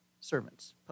servants